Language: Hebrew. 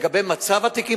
לגבי מצב התיקים,